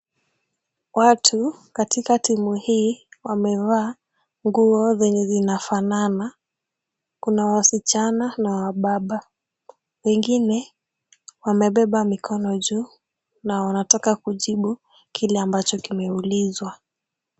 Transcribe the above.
Watu katika timu hii wamevaa nguo zenye zinafanana. Kuna wasichana na wababa. Wengine wamebeba mikono juu na wanatoka kujibu kile ambacho kimeulizwa.